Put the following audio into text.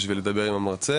על מנת לדבר עם המרצה,